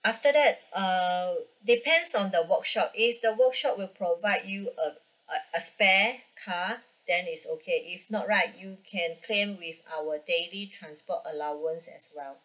after that uh depends on the workshop of the workshop will provide you a a~ a spare car then is okay if not right you can claim with our daily transport allowance as well